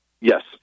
Yes